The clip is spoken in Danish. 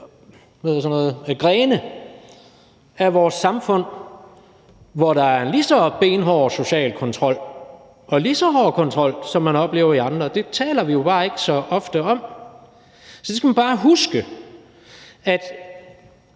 grene af vores samfund, hvor der er en lige så benhård social kontrol og en lige så hård kontrol, som man oplever hos andre, og det taler vi bare ikke så ofte om. Så der skal man bare huske,